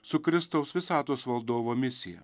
su kristaus visatos valdovo misija